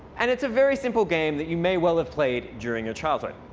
and it's a very simple game that you may well have played during your childhood.